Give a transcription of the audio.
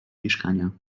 mieszkania